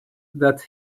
that